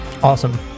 Awesome